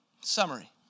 Summary